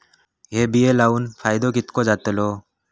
हे बिये लाऊन फायदो कितको जातलो?